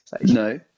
No